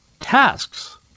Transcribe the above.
Tasks